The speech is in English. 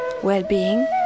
well-being